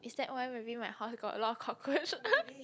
is that why maybe my house got a lot of cockroach